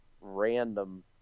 random